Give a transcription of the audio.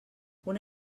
una